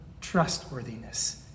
trustworthiness